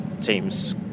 teams